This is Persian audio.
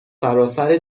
سراسر